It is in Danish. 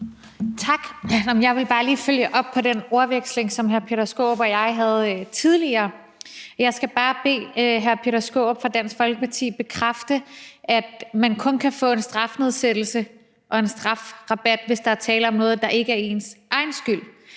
Tak. Jeg vil bare lige følge op på den ordveksling, som hr. Peter Skaarup og jeg havde tidligere. Jeg skal bare bede hr. Peter Skaarup fra Dansk Folkeparti bekræfte, at man kun kan få en strafnedsættelse og en strafrabat, hvis der er tale om noget, der ikke er ens egen skyld,